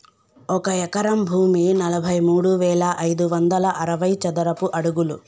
ఒక ఎకరం భూమి నలభై మూడు వేల ఐదు వందల అరవై చదరపు అడుగులు